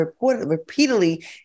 repeatedly